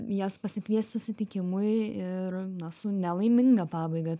jas pasikviest susitikimui ir na su nelaiminga pabaiga